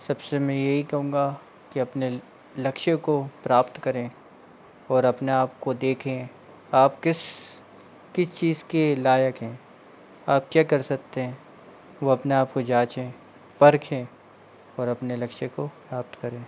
सबसे मैं ये ही कहूँगा के अपने लक्ष्य को प्राप्त करें और अपने आप को देखें आप किस किस चीज़ के लायक हैं आप क्या कर सकते हैं वो अपने आप को जाँचें परखें और अपने लक्ष्य को प्राप्त करें